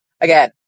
again